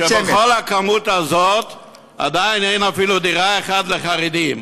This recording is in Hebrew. שבכל הכמות הזאת עדיין אין אפילו דירה אחת לחרדים.